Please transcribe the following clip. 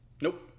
Nope